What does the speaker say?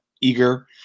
eager